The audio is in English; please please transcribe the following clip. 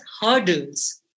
hurdles